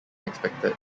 expected